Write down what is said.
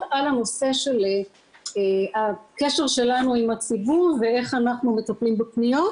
על הנושא של הקשר שלנו עם הציבור ואיך אנחנו מטפלים בפניות